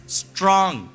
strong